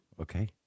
Okay